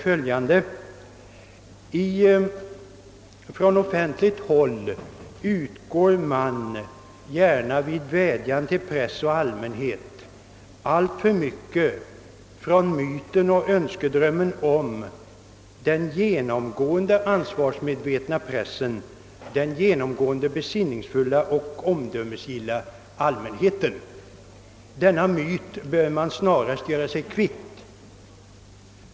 Från offentligt håll utgår man gärna vid vädjan till press och allmänhet alltför mycket från myten och önskedrömmen om den genomgående ansvarsmedvetna pressen och den genomgående besinningsfulla och omdömesgilla allmänheten. Denna myt bör man snarast göra sig kvitt.